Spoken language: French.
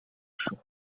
chaud